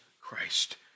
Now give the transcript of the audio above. Christ